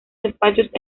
despachos